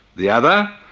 the other,